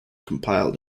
compiled